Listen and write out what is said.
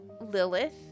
Lilith